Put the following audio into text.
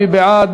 מי בעד?